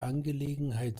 angelegenheit